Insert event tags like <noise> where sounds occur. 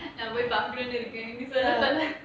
<laughs> நான் போய் பாக்குறேனு இருக்கேன்:naan poi paakurenu irukaen